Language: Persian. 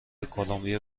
کلمبیا